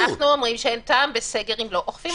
אנחנו אומרים שאין טעם בסגר אם לא אוכפים אותו.